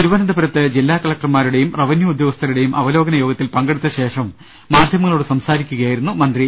തിരുവനന്തപു രത്ത് ജില്ലാ കളക്ടർമാരുടെയും റവന്യു ഉദ്യോഗസ്ഥരുടെയും അവലോ കനയോഗത്തിൽ പങ്കെടുത്തശേഷം മാധ്യമങ്ങളോടു സംസാരിക്കുകയാ യിരുന്നു അദ്ദേഹം